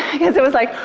because i was like,